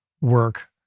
work